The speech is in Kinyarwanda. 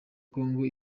congo